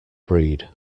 breed